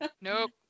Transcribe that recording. Nope